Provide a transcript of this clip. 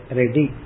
ready